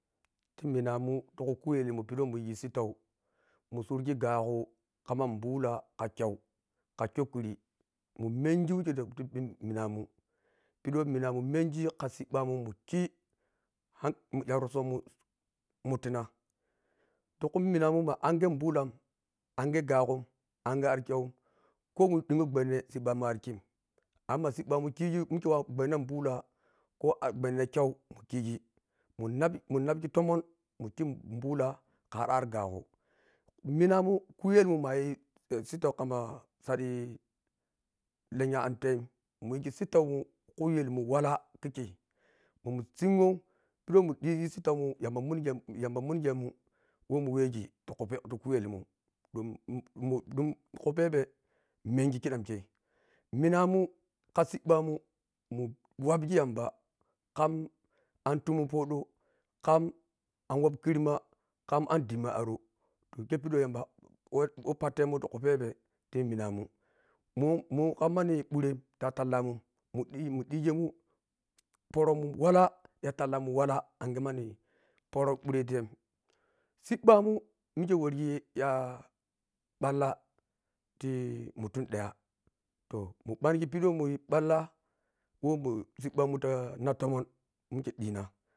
Ti munamin ti khanyelmun wah munyighe sittau mun surgi ghagu khwa bhula kha kyau kha kyokhuri mun mengi wikhe ti munamun oedhi wah siɓɓ muu mengi wikhe mamkhii har yharosomun mubina ti khu minamun ma angye bhulam angye ghaghum angye arkyau ko mundhin woh gbwanhi sibbamun arikhim ma mankhigi arikhim ma munkhigi mikhe wah gbwanhi bhulah kho a gwanha kyau mun khigi mun tab muntabghi tomun munkhi bhula kha tomun munkhi vhila kha arghaghu minamun khayel mun munayi sittau kha sadhi lenyha antai muyigi sittaumun kheyel mun walla khikye mamunsingwo pidhi wah munyigi sintaumun mooh yamba mungyemun yamba mungyemun wah munwagi ti khinyelmun dom-dom khuphebe mengi khidham khe munamun khasibbamun munwabghe yamba kham antaimu podhu kham anwabkhadhema khama andhemmi anro to khepaghe wa wa yamba wa patemun ti khuphebe ti minamun munwam kha manne bhu em tatal temu mandhi mudhigemun paran poronun wallah sallemum walla anghagha manni bharetiyan siɓɓamun mikhe wurgi yha bwallah tii mutum daya to mun pangi pidhi wah muriyi bwallah wah bwo siɓɓmun ta na btomum munmukhe dhunanm